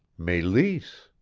meleese!